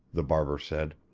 the barber said.